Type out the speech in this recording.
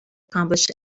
accomplish